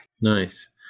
Nice